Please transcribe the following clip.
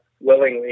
willingly